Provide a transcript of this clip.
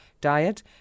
diet